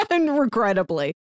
Regrettably